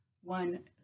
one